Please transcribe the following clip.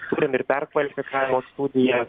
turim ir perkvalifikavimo studijas